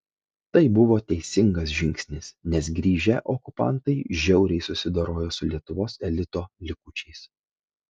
tai buvo teisingas žingsnis nes grįžę okupantai žiauriai susidorojo su lietuvos elito likučiais